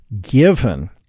given